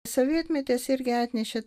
sovietmetis irgi atnešė